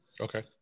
Okay